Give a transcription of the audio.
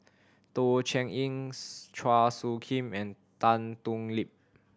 Teh Cheang Chua Soo Khim and Tan Thoon Lip